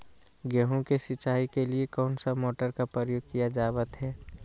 गेहूं के सिंचाई के लिए कौन सा मोटर का प्रयोग किया जावत है?